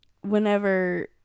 whenever